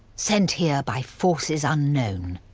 sent here by forces unknown.